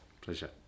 pleasure